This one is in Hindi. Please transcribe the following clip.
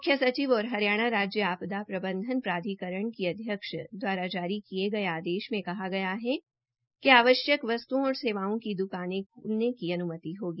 मुख्य सचिव और हरियाणा राज्य आपदा प्रबधंन प्राधिकरण के अध्यक्ष द्वारा जारी किये गये आदेश में कहा गया है कि आवश्यक वस्त्ओं और सेवाओं की द्काने ख्लने की अन्मति होगी